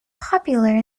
popular